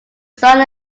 sun